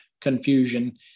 confusion